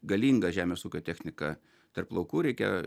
galingą žemės ūkio techniką tarp laukų reikia